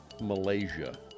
Malaysia